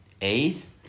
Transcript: eighth